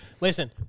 Listen